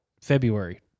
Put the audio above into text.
February